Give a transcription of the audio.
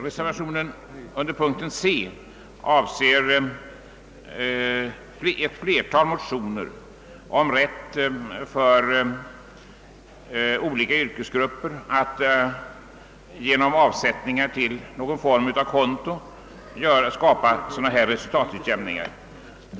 Reservationen C omfattar ett flertal motioner i vilka man yrkar rätt för olika yrkesgrupper att erhålla resultatutjämning genom avsättningar till ett konto av något slag.